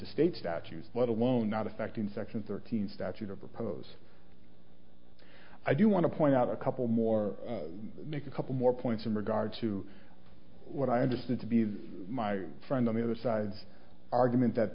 to state statutes let alone not affecting section thirteen statute or propose i do want to point out a couple more make a couple more points in regard to what i understand to be my friend on the other side's argument that